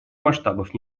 масштабов